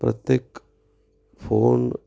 प्रत्येक फोन